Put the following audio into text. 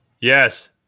Yes